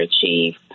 chief